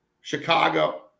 Chicago